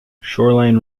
shoreline